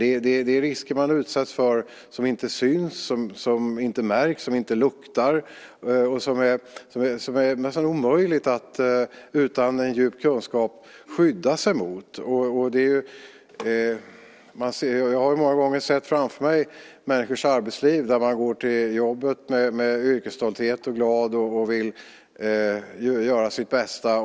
Det är risker man utsätts för som inte märks, som inte syns och inte luktar och som det är nästan omöjligt att utan djup kunskap skydda sig mot. Jag har många gånger sett framför mig människors arbetsliv, där man går till jobbet med yrkesstolthet, är glad och vill göra sitt bästa.